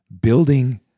building